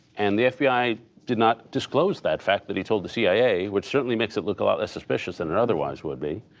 and the fbi did not disclose that fact that he told the cia, which certainly makes it look a lot less suspicious than it otherwise would be.